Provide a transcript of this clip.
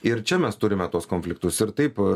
ir čia mes turime tuos konfliktus ir taip